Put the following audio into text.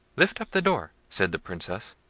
lift up the door, said the princess.